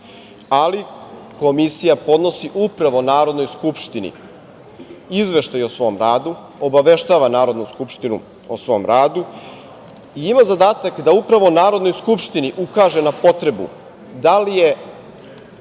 Ali, Komisija podnosi upravo Narodnoj skupštini izveštaj o svom radu, obaveštava Narodnu skupštinu o svim radu i ima zadatak da upravo Narodnoj skupštini ukaže na potrebu da li je